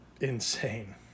insane